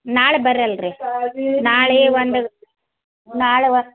ನಾಳೆ ಬರ್ ಅಲ್ಲಾ ರೀ ನಾಳೆ ಒಂಡಗ್ ನಾಳೆ ಒನ್